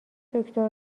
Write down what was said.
دکتر